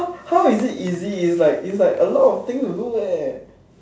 how how is it easy it's like it's like a lot of things to do leh